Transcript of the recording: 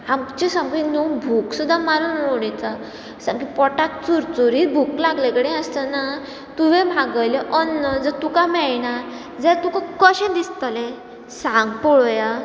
आमची सामकी न्हू भूख सुद्दां मारून उडयता सामकी पोटाक चुरचुरीत भूक लागले कडेन आसतना तुवें मागयलें अन्न जर तुका मेळना जाल्यार तुका कशें दिसतलें सांग पळोव या